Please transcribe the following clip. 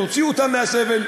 להוציא אותם מהסבל,